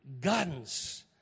guns